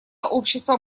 сообщество